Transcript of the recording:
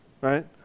right